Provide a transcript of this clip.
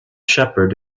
shepherd